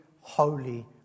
holy